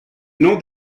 non